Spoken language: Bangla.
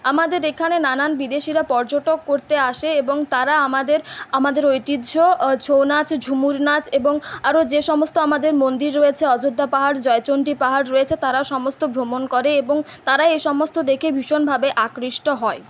আমাদের এখানে নানান বিদেশীরা পর্যটন করতে আসে এবং তারা আমাদের আমাদের ঐতিহ্য ছৌ নাচ ঝুমুর নাচ এবং আরও যে সমস্ত আমাদের মন্দির রয়েছে অযোধ্যা পাহাড় জয়চন্ডী পাহাড় রয়েছে তারাও সমস্ত ভ্রমণ করে এবং তারা এই সমস্ত দেখে ভীষণভাবে আকৃষ্ট হয়